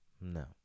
No